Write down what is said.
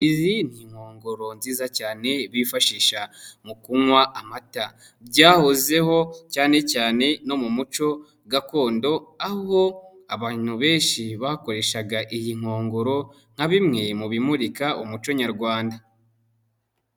Izi ni inkongoro nziza cyane bifashisha mu kunywa amata, byahozeho cyane cyane no mu muco gakondo aho abantu benshi bakoreshaga iyi nkongoro nka bimwe mu bimurika umuco nyarwanda.